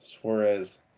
Suarez